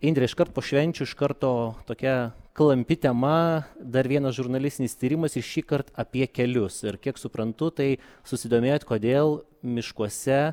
indre iškart po švenčių iš karto tokia klampi tema dar vienas žurnalistinis tyrimas ir šįkart apie kelius ir kiek suprantu tai susidomėjot kodėl miškuose